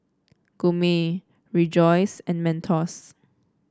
Gourmet Rejoice and Mentos